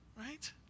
Right